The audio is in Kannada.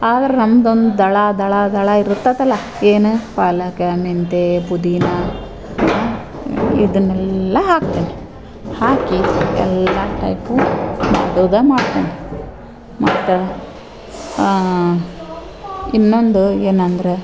ಆದ್ರೆ ನಮ್ದೊಂದು ದಳ ದಳ ದಳ ಇರುತ್ತಲ ಏನೋ ಪಾಲಕ್ ಮೆಂತೆ ಪುದೀನ ಇದನ್ನೆಲ್ಲ ಹಾಕ್ತೀನಿ ಹಾಕಿ ಎಲ್ಲ ಟೈಪು ಅಡುಗೆ ಮಾಡ್ತೀನಿ ಮತ್ತು ಇನ್ನೊಂದು ಏನಂದರೆ